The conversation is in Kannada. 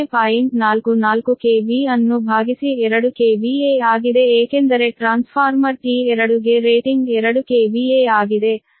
44 KV ಅನ್ನು ಭಾಗಿಸಿ 2 KVA ಆಗಿದೆ ಏಕೆಂದರೆ ಟ್ರಾನ್ಸ್ಫಾರ್ಮರ್ T2 ಗೆ ರೇಟಿಂಗ್ 2 KVA ಆಗಿದೆ ಅದು MVA ಆಗಿದೆ